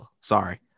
Sorry